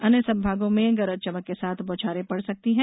अन्य संभागों में गरज चमक के साथ बौछारे पड़ सकती है